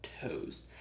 toes